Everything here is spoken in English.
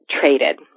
Traded